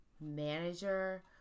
manager